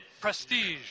prestige